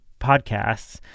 podcasts